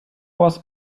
was